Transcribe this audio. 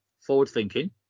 forward-thinking